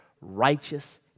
righteous